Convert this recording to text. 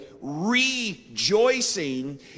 rejoicing